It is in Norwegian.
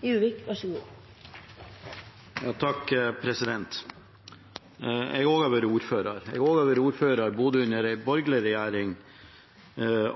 Jeg har også vært ordfører. Jeg har vært ordfører både under en borgerlig regjering